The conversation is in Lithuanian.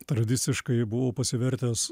tradiciškai buvo pasivertęs